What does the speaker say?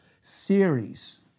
series